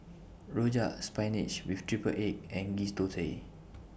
Rojak Spinach with Triple Egg and Ghee Thosai